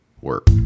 work